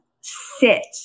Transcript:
sit